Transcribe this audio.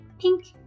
pink